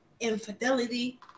infidelity